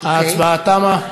ההצבעה תמה.